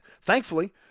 Thankfully